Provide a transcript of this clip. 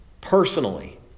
personally